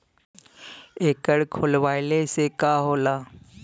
एकर खोलवाइले से का होला?